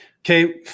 Okay